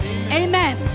Amen